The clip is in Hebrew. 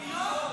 לא.